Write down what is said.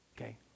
Okay